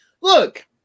Look